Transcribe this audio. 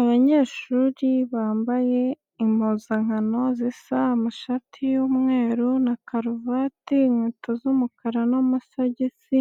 Abanyeshuri bambaye impuzankano zisa, amashati y'umweru na karuvati, inkweto z'umukara n'amasigisi